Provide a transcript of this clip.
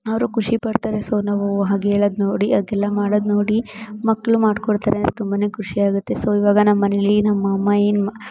ಅವ್ರು ಖುಷಿ ಪಡ್ತಾರೆ ಸೋ ನಾವು ಹಾಗೆ ಹೇಳದ್ ನೋಡಿ ಹಾಗೆಲ್ಲ ಮಾಡೋದ್ ನೋಡಿ ಮಕ್ಕಳು ಮಾಡ್ಕೊಳ್ತಾರೆ ತುಂಬ ಖುಷಿ ಆಗುತ್ತೆ ಸೋ ಇವಾಗ ನಮ್ಮ ಮನೆಲಿ ನಮ್ಮ ಅಮ್ಮ ಏನು